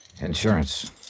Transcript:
Insurance